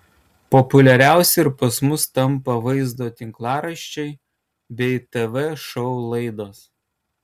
populiariausi ir pas mus tampa vaizdo tinklaraščiai bei tv šou laidos